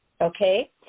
okay